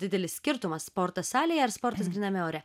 didelis skirtumas sportas salėje ar sportas gryname ore